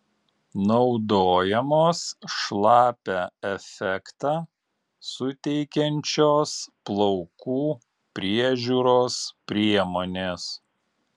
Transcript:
naudojamos šlapią efektą suteikiančios plaukų priežiūros priemonės